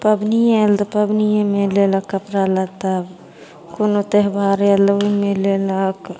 पबनी आएल तऽ पबनिएमे लेलक कपड़ा लत्ता कोनो तेवहार आएल ओहिमे लेलक